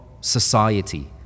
society